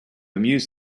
amuse